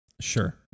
Sure